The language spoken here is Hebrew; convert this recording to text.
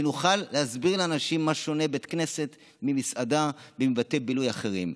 שנוכל להסביר לאנשים מה שונה בית כנסת ממסעדה ומבתי בילוי אחרים.